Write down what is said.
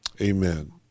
amen